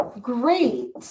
great